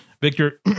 Victor